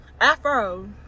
Afro